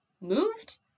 Moved